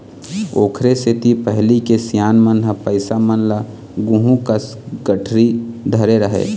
ओखरे सेती पहिली के सियान मन ह पइसा मन ल गुहूँ कस गठरी धरे रहय